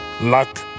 luck